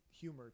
humor